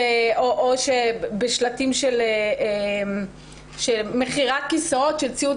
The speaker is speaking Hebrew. או למשל בשלטים במכירת כיסאות של ציוד